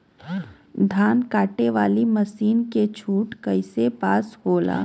धान कांटेवाली मासिन के छूट कईसे पास होला?